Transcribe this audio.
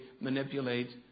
manipulate